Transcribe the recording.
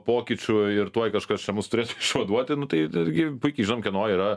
pokyčių ir tuoj kažkas čia mus turėtų išvaduoti nu tai tai irgi puikiai žinom kieno yra